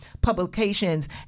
publications